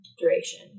duration